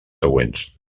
següents